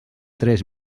tres